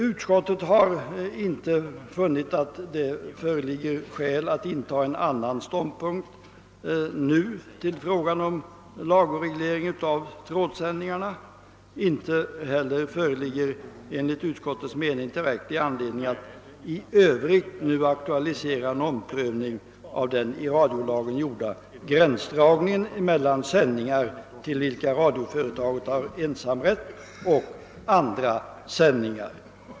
Utskottet har inte funnit att det föreligger något skäl till att nu inta en annan ståndpunkt till frågan om lagstadgad reglering av trådsändningarna. Det föreligger heller inte enligt utskottets mening tillräcklig anledning att i övrigt aktualisera en omprövning av den i radiolagen gjorda gränsdragningen mellan sändningar till vilka radioföretaget har ensamrätt och andra sändningar.